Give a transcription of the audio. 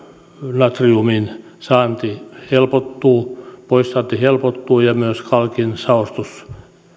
natriumin poissaanti helpottuu poissaanti helpottuu ja myös kalkin saostus